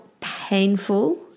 painful